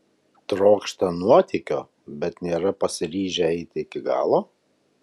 trokšta nuotykio bet nėra pasiryžę eiti iki galo